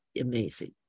amazing